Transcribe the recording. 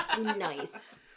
Nice